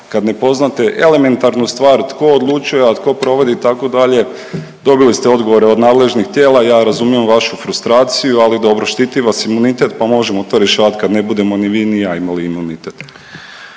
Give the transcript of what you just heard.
kad ne poznate elementarnu stvar tko odlučuje, a tko provodi itd., dobili ste odgovore od nadležnih tijela ja razumijem vašu frustraciju, ali dobro štiti vas imunitet pa možemo to rješavat kad ne budemo ni vi n ja imali imunitet.